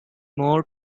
more